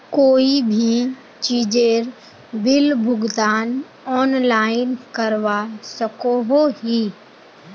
कोई भी चीजेर बिल भुगतान ऑनलाइन करवा सकोहो ही?